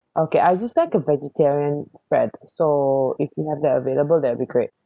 okay I'd just like a vegetarian spread so if you have that available that will be great